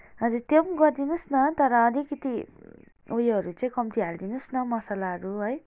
हजुर त्यो पनि गरिदिनुहोस् न तर अलिकति उयोहरू चाहिँ कम्ती हालिदिनुहोस् न मसलाहरू है